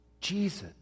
Jesus